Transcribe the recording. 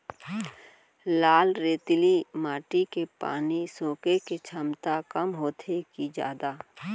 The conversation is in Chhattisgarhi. लाल रेतीली माटी के पानी सोखे के क्षमता कम होथे की जादा?